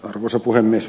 arvoisa puhemies